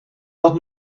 dat